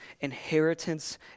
inheritance